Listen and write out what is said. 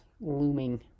looming